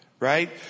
Right